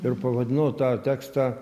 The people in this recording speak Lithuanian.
ir pavadinau tą tekstą